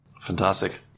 Fantastic